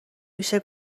میشه